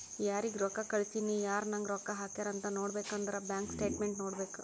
ಯಾರಿಗ್ ರೊಕ್ಕಾ ಕಳ್ಸಿನಿ, ಯಾರ್ ನಂಗ್ ರೊಕ್ಕಾ ಹಾಕ್ಯಾರ್ ಅಂತ್ ನೋಡ್ಬೇಕ್ ಅಂದುರ್ ಬ್ಯಾಂಕ್ ಸ್ಟೇಟ್ಮೆಂಟ್ ನೋಡ್ಬೇಕ್